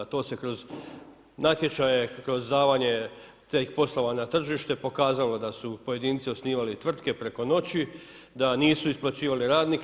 To se kroz natječaje, kroz davanje tih poslova na tržište pokazalo da su pojedinci osnivali tvrtke preko noći, da nisu isplaćivali radnike.